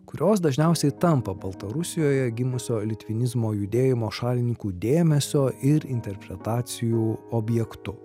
kurios dažniausiai tampa baltarusijoje gimusio litvinizmo judėjimo šalininkų dėmesio ir interpretacijų objektu